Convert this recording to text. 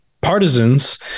partisans